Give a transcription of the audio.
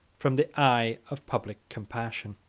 from the eye of public compassion.